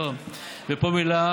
ופה מילה,